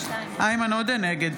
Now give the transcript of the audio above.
עודה, נגד